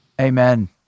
Amen